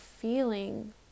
feeling